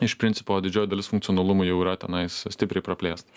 iš principo didžioji dalis funkcionalumo jau yra tenais stipriai praplėsta